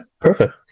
Perfect